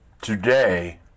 today